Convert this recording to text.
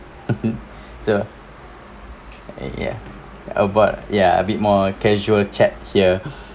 so ya uh but ya a bit more casual chat here